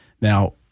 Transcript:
Now